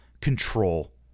control